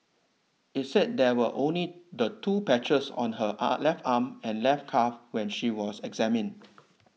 it said there were only the two patches on her ah left arm and left calf when she was examined